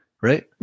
Right